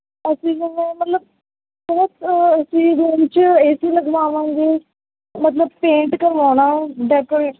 ਅਸੀਂ ਮਤਲਬ ਅਸੀਂ ਰੂਮ 'ਚ ਏ ਸੀ ਲਗਵਾਵਾਂਗੇ ਮਤਲਬ ਪੇਂਟ ਕਰਵਾਉਣਾ ਡੈਕੋਰੇਟ